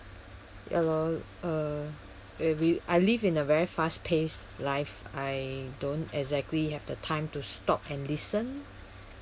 ya lor uh if we I live in a very fast paced life I don't exactly have the time to stop and listen